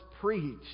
preached